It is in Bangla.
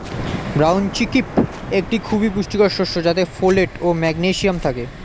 ব্রাউন চিক্পি একটি খুবই পুষ্টিকর শস্য যাতে ফোলেট ও ম্যাগনেসিয়াম থাকে